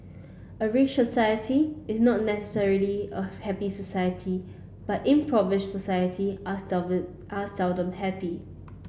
a rich society is not necessarily a happy society but impoverished society are are seldom happy